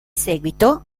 seguito